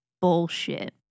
bullshit